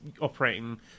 operating